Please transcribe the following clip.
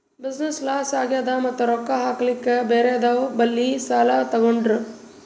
business loss ಆಗ್ಯಾದ್ ಮತ್ತ ರೊಕ್ಕಾ ಹಾಕ್ಲಾಕ್ ಬ್ಯಾರೆದವ್ ಬಲ್ಲಿ ಸಾಲಾ ತೊಗೊಂಡ್ರ